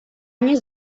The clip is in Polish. mnie